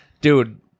Dude